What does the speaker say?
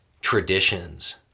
traditions